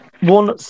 one